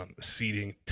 seating